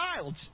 child